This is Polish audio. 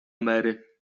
mary